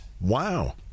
Wow